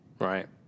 Right